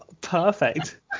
perfect